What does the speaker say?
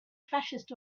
fascist